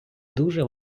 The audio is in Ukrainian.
дуже